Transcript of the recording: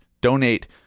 donate